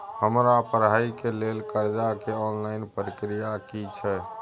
हमरा पढ़ाई के लेल कर्जा के ऑनलाइन प्रक्रिया की छै?